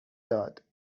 داد